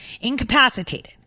incapacitated